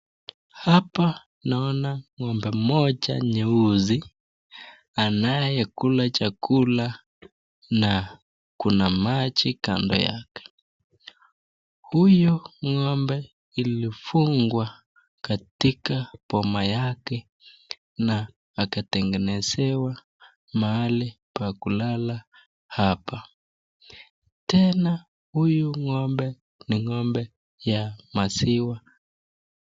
Hapa naona ng'ombe moja nyeusi anayekula chakula na kuna maji kando yake. Huyu ng'ombe alifungwa katika boma yake na akatengenezewa mahali pa kulala hapa, tena huyu ng'ombe ni ng'ombe wa maziwa.